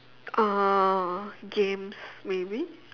uh games maybe